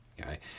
Okay